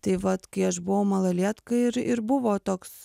tai vat kai aš buvau malalietka ir ir buvo toks